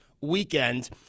weekend